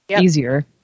easier